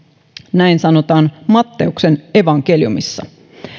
näin sanotaan matteuksen evankeliumissa